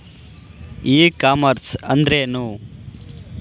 E commerce ಅಂದ್ರೇನು?